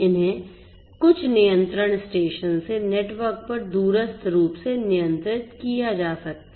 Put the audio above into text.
इन्हें कुछ नियंत्रण स्टेशन से नेटवर्क पर दूरस्थ रूप से नियंत्रित किया जा सकता है